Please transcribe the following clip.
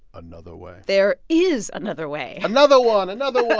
another way there is another way another one, another